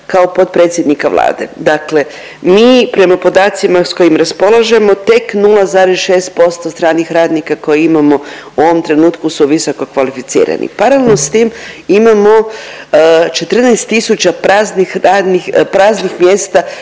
kao potpredsjednika Vlade. Dakle, mi prema podacima s kojim raspolažemo tek 0,6% stranih radnika koji imamo u ovom trenutku su visokokvalificirani. Paralelno s tim imamo 14 tisuća praznih